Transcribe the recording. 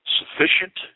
sufficient